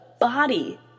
body